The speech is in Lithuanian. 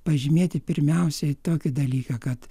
pažymėti pirmiausiai tokį dalyką kad